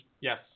Yes